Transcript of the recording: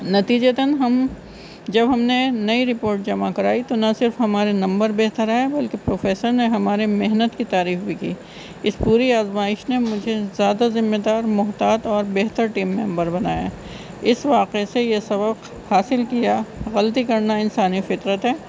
نتیجا ہم جب ہم نے نئی رپورٹ جمع کرائی تو نہ صرف ہمارے نمبر بہتر آئے بلکہ پروفیسن نے ہمارے محنت کی تعریف بھی کی اس پوری آزمائش نے مجھے زیادہ ذمہ دار محتاط اور بہتر ٹیم ممبر بنایا اس واقع سے یہ سبق حاصل کیا غلطی کرنا انسانی فطرت ہے